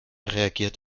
reagiert